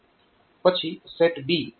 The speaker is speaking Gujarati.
પછી SETB P3